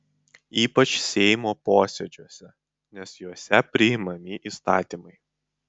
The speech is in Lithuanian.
ypač seimo posėdžiuose nes juose priimami įstatymai